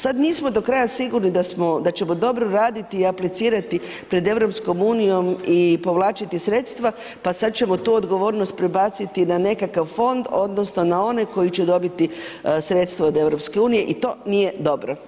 Sada nismo do kraja sigurni da ćemo dobro raditi i aplicirati pred EU i povlačiti sredstva pa sada ćemo tu odgovornost prebaciti na nekakav fond odnosno na one koji će dobiti sredstva od EU i to nije dobro.